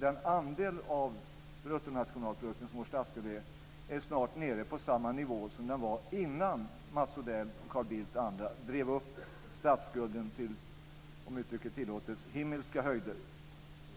Den andel av bruttonationalprodukten som vår statsskuld utgör, är snart nere på samma nivå som den var innan Mats Odell, Carl Bildt och andra drev upp den till - om uttrycket tillåts - himmelska höjder